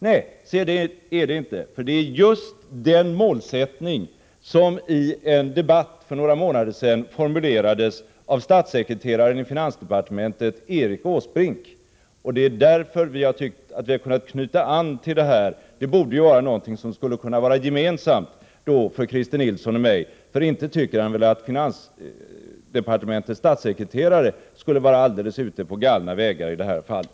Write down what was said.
Nej, det är just den målsättning som i en debatt för några månader sedan formulerats av statssekreteraren i finansdepartementet Erik Åsbrink. Vi har tyckt att vi kunde knyta an till detta. Det borde kunna vara gemensamt för Christer Nilsson och mig, för inte tycker väl han att finansdepartementets statssekreterare skulle vara ute på alldeles galna vägar i det här fallet?